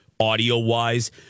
Audio-wise